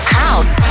house